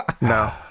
No